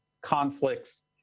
conflicts